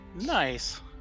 Nice